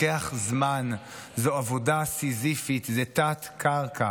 זו עבודה סיזיפית, זה תת-קרקע,